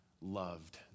loved